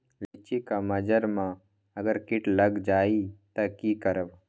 लिचि क मजर म अगर किट लग जाई त की करब?